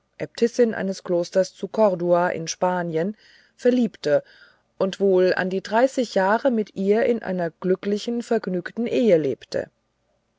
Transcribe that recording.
äbtissin eines klosters zu cordua in spanien verliebte und wohl an die dreißig jahre mit ihr in einer glücklichen vergnügten ehe lebte